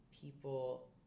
people